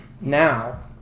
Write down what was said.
now